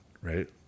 right